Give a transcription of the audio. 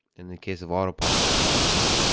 in the case of autopilot, is now.